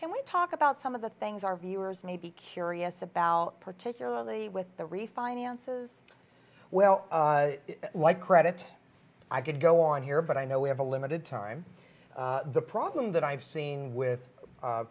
can we talk about some of the things our viewers may be curious about particularly with the refinances well like credit i could go on here but i know we have a limited time the problem that i've seen with